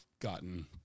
gotten